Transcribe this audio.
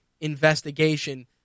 investigation